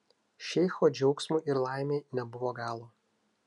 šeicho džiaugsmui ir laimei nebuvo galo